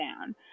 down